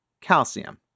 calcium